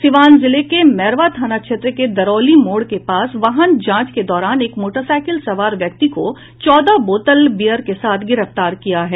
सीवान जिले के मैरवा थाना क्षेत्र के दरौली मोड़ के पास वाहन जांच के दौरान एक मोटरसाईकिल सवार व्यक्ति को चौदह बोतल बीयर के साथ गिरफ्तार किया है